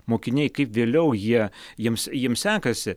mokiniai kaip vėliau jie jiems jiems sekasi